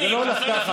זה לא הולך ככה.